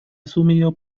asumido